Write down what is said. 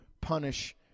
punish